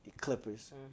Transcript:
Clippers